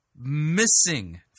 missing